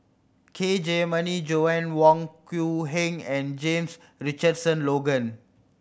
K Jayamani Joanna Wong Quee Heng and James Richardson Logan